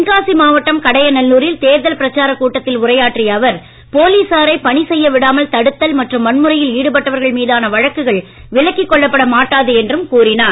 தென்காசி மாவட்டம் கடையநல்லூரில் தேர்தல் பிரச்சாரக் கூட்டத்தில் உரையாற்றிய அவர் போலீசாரை பணி செய்ய விடாமல் தடுத்தல் மற்றும் வன்முறையில் ஈடுபட்டவர்கள் மீதான வழக்குகள் விலக்கிக் கொள்ளப்பட மாட்டாது என்றும் அவர் கூறினார்